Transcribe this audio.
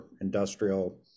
industrial